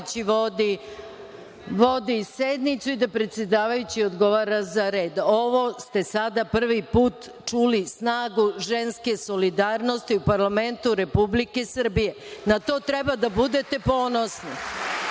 da predsedavajući vodi sednicu i da predsedavajući odgovora za red. Sada ste prvi put čuli snagu ženske solidarnosti u parlamentu Republike Srbije. Na to treba da budete ponosni,